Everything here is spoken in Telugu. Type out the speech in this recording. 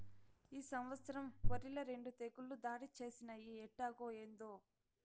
ఈ సంవత్సరం ఒరిల రెండు తెగుళ్ళు దాడి చేసినయ్యి ఎట్టాగో, ఏందో